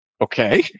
Okay